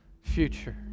future